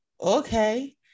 okay